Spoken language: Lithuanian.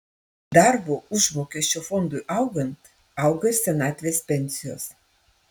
darbo užmokesčio fondui augant auga ir senatvės pensijos